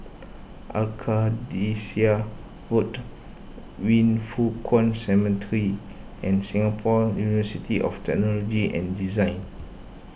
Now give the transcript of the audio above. Arcadia Road Yin Foh Kuan Cemetery and Singapore University of Technology and Design